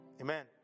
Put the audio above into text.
amen